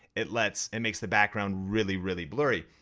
it lets, it makes the background really, really blurry.